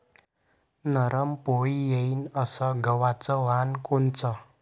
नरम पोळी येईन अस गवाचं वान कोनचं?